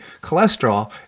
cholesterol